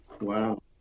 Wow